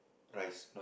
rice